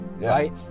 right